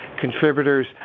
contributors